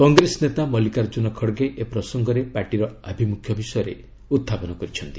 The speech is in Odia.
କଂଗ୍ରେସ ନେତା ମଲ୍ଲିକାର୍ଚ୍ଚୁନ ଖଡ୍ଗେ ଏ ପ୍ରସଙ୍ଗରେ ପାର୍ଟିର ଆଭିମୁଖ୍ୟ ବିଷୟରେ ଉତ୍ଥାପନ କରିଚ୍ଚନ୍ତି